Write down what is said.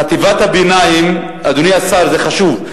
חטיבת הביניים, אדוני השר, זה חשוב.